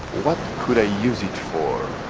what could i use it for.